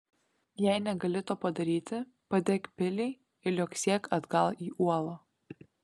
jei negali to padaryti padek pilį ir liuoksėk atgal į uolą